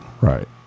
Right